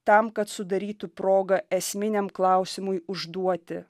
tam kad sudarytų progą esminiam klausimui užduoti